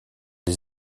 les